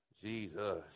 Jesus